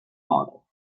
model